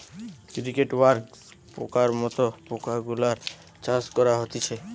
cricket, wax পোকার মত পোকা গুলার চাষ করা হতিছে